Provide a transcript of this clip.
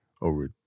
over